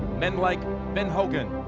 men like ben hogan